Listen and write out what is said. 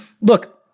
look